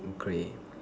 okay